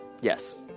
Yes